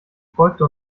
folgte